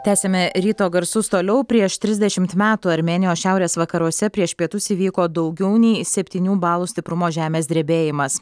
tęsiame ryto garsus toliau prieš trisdešimt metų armėnijos šiaurės vakaruose prieš pietus įvyko daugiau nei septynių balų stiprumo žemės drebėjimas